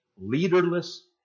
leaderless